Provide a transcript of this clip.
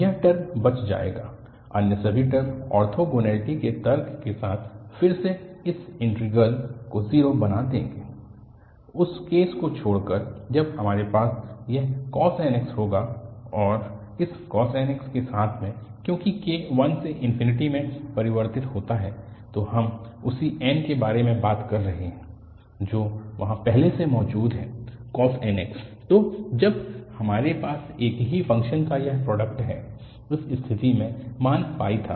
यह टर्म बच जाएगा अन्य सभी टर्म ऑर्थोगोनैलिटी के तर्क के साथ फिर से इस इंटीग्रल को 0 बना देंगे उस केस को छोड़कर जब हमारे पास यह cos nx होगा और इस cos nx के साथ में क्योंकि k 1 से में परिवर्तित होता हैतो हम उसी n के बारे में बात कर रहे हैं जो वहाँ पहले से मौजूद है cos nx तो जब हमारे पास एक ही फ़ंक्शन का यह प्रोडक्ट है उस स्थिति में मान था